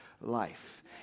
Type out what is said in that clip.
life